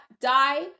die